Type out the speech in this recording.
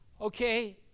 Okay